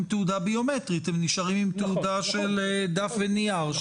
תעודה ביומטרית אלא הם נשארים עם תעודה של דף ונייר.